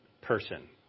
person